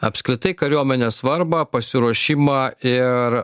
apskritai kariuomenės svarbą pasiruošimą ir